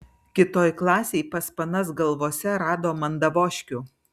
kitoj klasėj pas panas galvose rado mandavoškių